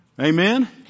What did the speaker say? Amen